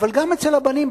אבל גם אצל הבנים,